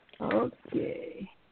Okay